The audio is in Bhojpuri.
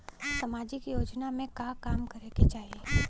सामाजिक योजना में का काम करे के चाही?